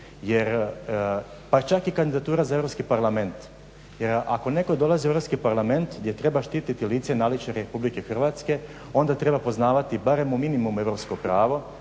pa čak i kandidatura za Europski parlament. Jer ako netko dolazi u Europski parlament gdje treba štititi lice i naličje Republike Hrvatske onda treba poznavati barem minimalno europsko pravo,